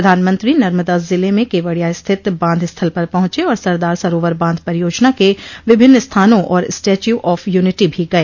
प्रधानमंत्री नर्मदा जिले में केवडिया स्थित बांध स्थल पर पहुंचे और सरदार सरोवर बांध परियोजना के विभिन्न स्थानों और स्टैच्यू ऑफ यूनिटी भी गए